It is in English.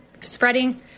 spreading